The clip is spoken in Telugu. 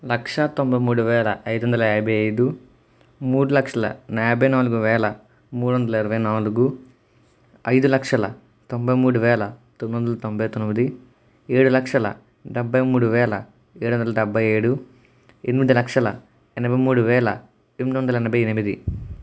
లక్షా తొంభై మూడు వేల ఐదు వందల యాభై ఐదు మూడు లక్షల యాభై నాలుగు వేల మూడు వందల ఎనభై నాలుగు ఐదు లక్షల తొంభై మూడు వేల తొమ్మిది వందల తొంభై తొమ్మిది ఏడు లక్షల డెబ్భై మూడు వేల ఏడు వందల డెబ్భై ఏడు ఎనిమిది లక్షల ఎనభై మూడు వేల ఎనిమిది వందల ఎనభై ఎనిమిది